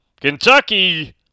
Kentucky